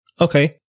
Okay